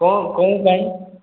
କ'ଣ କ'ଣ ପାଇଁ